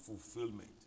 fulfillment